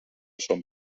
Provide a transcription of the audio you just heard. son